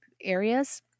areas